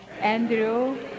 andrew